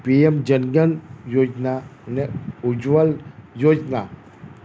PM Jan Dhan યોજનાને ઉજજ્વલ યોજના